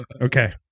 Okay